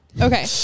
Okay